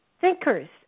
thinkers